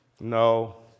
no